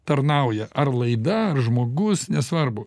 tarnauja ar laida ar žmogus nesvarbu